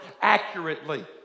accurately